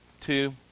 two